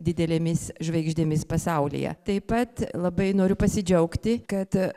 didelėmis žvaigždėmis pasaulyje taip pat labai noriu pasidžiaugti kad